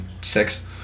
six